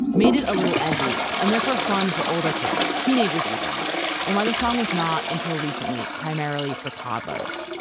made it a little edgy and therefore fun for older kids, teenagers even and why the song was not, until recently, primarily for toddlers.